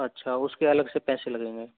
अच्छा उसके अलग से पैसे लगेंगे